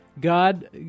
God